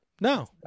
No